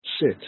sit